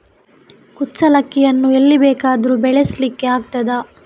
ಕುಚ್ಚಲಕ್ಕಿಯನ್ನು ಎಲ್ಲಿ ಬೇಕಾದರೂ ಬೆಳೆಸ್ಲಿಕ್ಕೆ ಆಗ್ತದ?